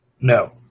No